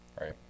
Right